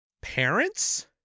Parents